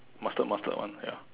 mustard mustard one ya